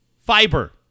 Fiber